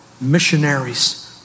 missionaries